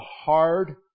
hard